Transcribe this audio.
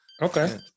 Okay